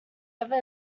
ever